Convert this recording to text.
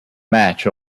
match